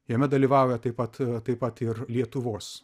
jame dalyvauja taip pat taip pat ir lietuvos